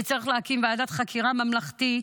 וצריך להקים ועדת חקירה ממלכתית,